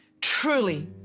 truly